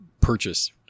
purchase